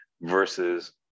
versus